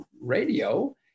radio